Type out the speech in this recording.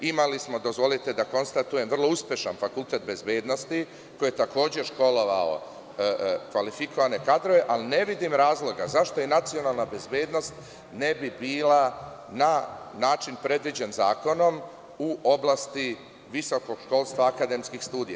Imali smo, dozvolite da konstatujem, vrlo uspešan Fakultet bezbednosti koji je takođe školovao kvalifikovane kadrove, ali ne vidim razloga zašto i nacionalna bezbednost ne bi bila na način predviđen zakonom u oblasti visokog školstva akademskih studija.